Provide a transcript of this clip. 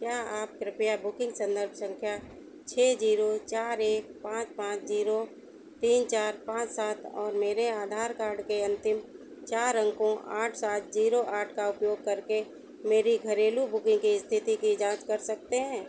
क्या आप कृप्या बुकिंग संदर्भ संख्या छः जीरो चार एक पाँच पाँच जीरो तीन चार पाँच सात और मेरे आधार कार्ड के अन्तिम चार अंकों आठ सात जीरो आठ का उपयोग करके मेरी घरेलू बुकिंग की स्थिति की जाँच कर सकते हैं